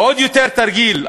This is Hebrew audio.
עוד יותר תרגיל,